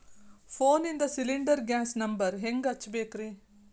ಫೋನಿಂದ cylinder gas number ಹೆಂಗ್ ಹಚ್ಚ ಬೇಕ್ರಿ?